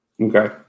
Okay